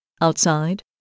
Outside